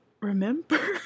remember